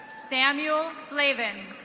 samuel flavin.